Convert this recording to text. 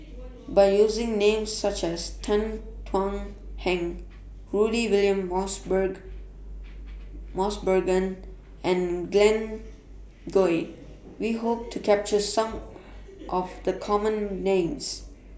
By using Names such as Tan Thuan Heng Rudy William Mosbergen and Glen Goei We Hope to capture Some of The Common Names